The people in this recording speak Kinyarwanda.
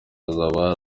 hazaba